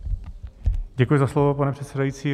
Děkuji za slovo, pane předsedající.